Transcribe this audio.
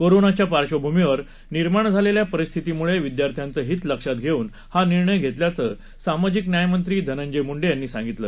कोरोनाच्या पार्श्वभूमीवर निर्माण झालेल्या परिस्थितीमुळे विद्यार्थ्यांचं हित लक्षात घेऊन हा निर्णय घेतल्याचं सामाजिक न्यायमंत्री धनंजय मुंडे यांनी सांगितलं